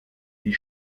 die